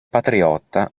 patriota